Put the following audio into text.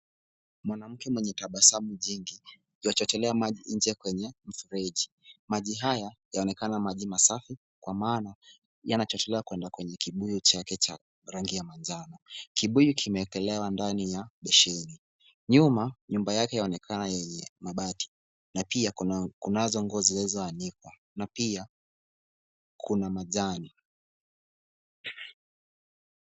Mwanamke mwenye tabasamu nyingi, yuachotelea maji nje ya kwenye mfereji. Maji haya yanaonekana maji masafi kwa maana yanachochelea kwenda kwenye kibuyu chake cha rangi ya manjano. Kibuyu kimeekelewa ndani ya Besheni. Nyuma nyumba yake yaonekana yenye mabati, na pia kuna zongo zilizoanikwa. Na pia, kuna majani.